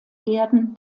herden